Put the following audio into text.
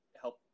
help